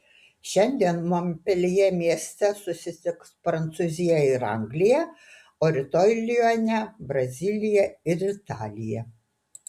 šiandien monpeljė mieste susitiks prancūzija ir anglija o rytoj lione brazilija ir italija